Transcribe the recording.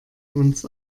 uns